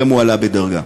גם הועלה בדרגה?